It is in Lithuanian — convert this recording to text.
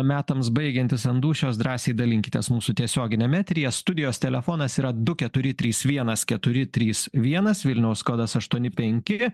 metams baigiantis ant dūšios drąsiai dalinkitės mūsų tiesioginiam eteryje studijos telefonas yra du keturi trys vienas keturi trys vienas vilniaus kodas aštuoni penki